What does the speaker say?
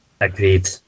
Agreed